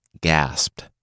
gasped